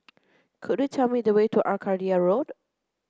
could you tell me the way to Arcadia Road